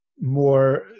more